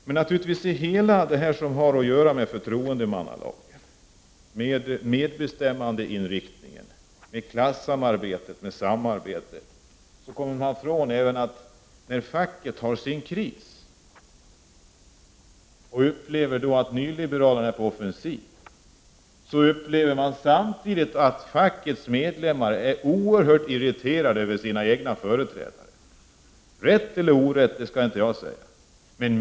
Men när man talar om allt det här som har att göra med förtroendemannalagen, medbestämmandeinriktningen, klassamarbetet och samarbetet över gränserna kommer man ifrån det faktum att fackets medlemmar, trots att facket har sin kris och upplever att nyliberalerna är på offensiven, är oerhört irriterade över sina egna företrädare — om det är med rätt eller orätt vill jag inte uttala mig om.